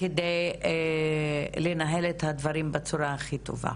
כדי לנהל את הדברים בצורה הכי טובה,